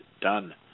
done